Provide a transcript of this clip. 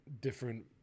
different